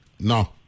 No